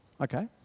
Okay